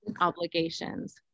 obligations